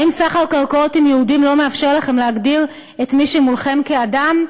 האם סחר קרקעות עם יהודים לא מאפשר לכם להגדיר את מי שמולכם כאדם?